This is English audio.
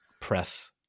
press